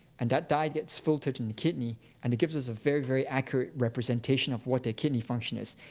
and that dye gets filtered in the kidney and it gives us a very, very accurate representation of what their kidney function is.